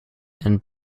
and